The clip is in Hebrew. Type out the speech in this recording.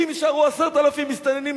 אם יישארו 1,000 מסתננים,